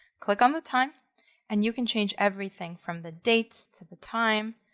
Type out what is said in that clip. click on the time and you can change everything from the date to the time.